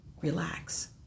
relax